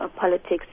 politics